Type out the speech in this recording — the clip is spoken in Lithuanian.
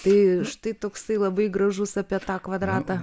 tai štai toksai labai gražus apie tą kvadratą